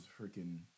freaking